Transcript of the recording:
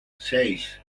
seis